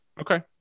Okay